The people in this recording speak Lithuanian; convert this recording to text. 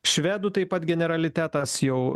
švedų taip pat generalitetas jau